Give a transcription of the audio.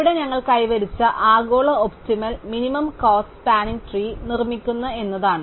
ഇവിടെ ഞങ്ങൾ കൈവരിച്ച ആഗോള optimal minimum cost spanning tree ഞങ്ങൾ നിർമ്മിക്കുന്നു എന്നതാണ്